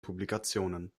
publikationen